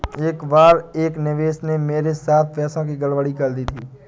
एक बार एक निवेशक ने मेरे साथ पैसों की गड़बड़ी कर दी थी